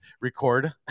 record